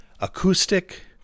acoustic